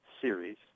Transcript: series